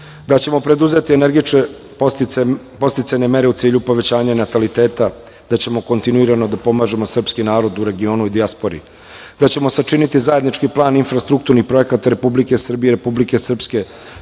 da ćemo preduzeti energične podsticajne mere u cilju povećanja nataliteta;- da ćemo kontinuirano da pomažemo srpski narod u regionu i dijaspori;- da ćemo sačiniti zajednički plan infrastrukturnih projekata Republike Srbije i Republike Srpske,